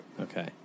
Okay